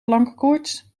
plankenkoorts